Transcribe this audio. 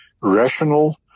rational